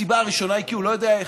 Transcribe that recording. הסיבה הראשונה היא כי הוא לא יודע איך.